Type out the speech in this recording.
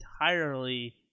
entirely